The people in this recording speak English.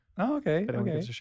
Okay